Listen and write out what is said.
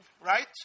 right